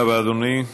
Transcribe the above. תודה רבה, אדוני.